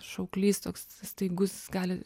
šauklys toks staigus gali